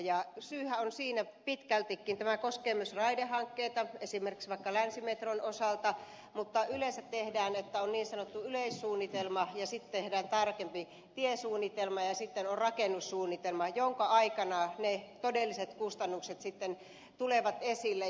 syyhän on siinä pitkältikin tämä koskee myös raidehankkeita esimerkiksi vaikka länsimetron osalta että yleensä tehdään niin että on niin sanottu yleissuunnitelma ja sitten tehdään tarkempi tiesuunnitelma ja sitten on rakennussuunnitelma jonka aikana ne todelliset kustannukset sitten tulevat esille